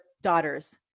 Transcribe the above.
daughters